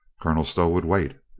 colonel stow would wait.